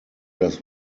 das